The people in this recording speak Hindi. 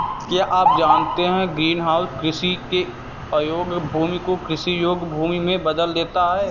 क्या आप जानते है ग्रीनहाउस कृषि के अयोग्य भूमि को कृषि योग्य भूमि में बदल देता है?